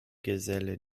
geselle